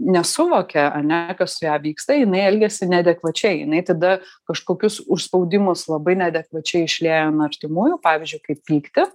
nesuvokia ane kas vyksta jinai elgiasi neadekvačiai jinai tada kažkokius užspaudimus labai neadekvačiai išlieja an artimųjų pavyzdžiui kaip pyktį